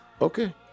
okay